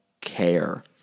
care